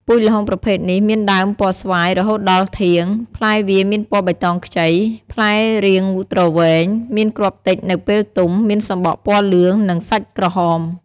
ពូជល្ហុងប្រភេទនេះ មានដើមពណ៌ស្វាយរហូតដល់ធាង ផ្លែវាមានពណ៌បៃតងខ្ចី ផ្លែរាងទ្រវែង មានគ្រាប់តិចនៅពេលទុំមានសំបកពណ៌លឿង និងសាច់ក្រហម ។